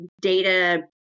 Data